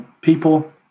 People